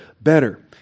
better